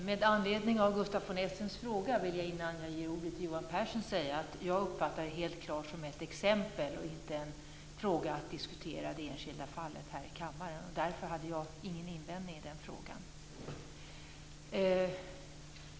Med anledning av Gustaf von Essens fråga vill jag, innan jag ger ordet till Johan Pehrson, säga att jag helt klart uppfattade det som ett exempel och inte som att det var fråga om att diskutera det enskilda fallet här i kammaren, och därför hade jag inte någon invändning i den frågan.